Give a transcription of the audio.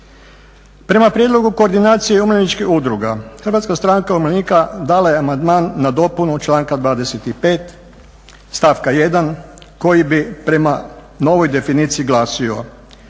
Prema prijedlogu koordinacije umirovljeničkih udruga HSU dale je amandman na dopunu članka 25.stavka 1.koji bi prema novoj definiciji glasio,